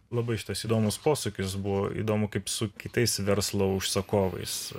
labai šitas įdomus posūkis buvo įdomu kaip su kitais verslo užsakovais